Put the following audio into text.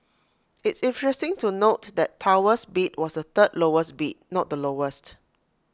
it's interesting to note that Tower's bid was the third lowest bid not the lowest